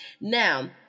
Now